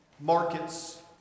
markets